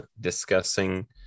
discussing